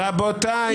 רבותיי.